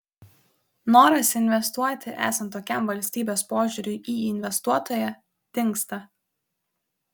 noras investuoti esant tokiam valstybės požiūriui į investuotoją dingsta